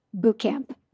bootcamp